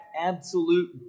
absolute